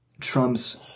Trump's